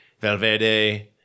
Valverde